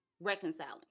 reconciling